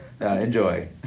Enjoy